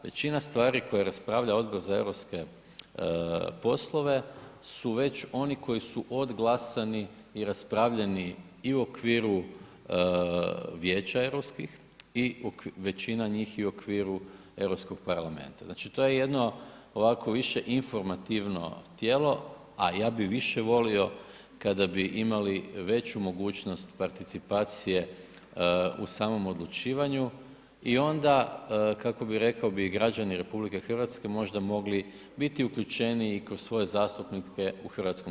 Većina stvari koje raspravlja Odbor za eu poslove su već oni koji su doglasani i raspravljani i u okviru vijeća europski i većina njih i u okviru Europskog parlamenta, znači to je jedno ovako više informativno tijelo, a ja bi više volio kada bi imali veću mogućnost participacije u samom odlučivanju i onda, kako bi, rekao bi, i građani RH možda mogli biti uključeniji kroz svoje zastupnike u HS.